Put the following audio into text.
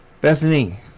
Bethany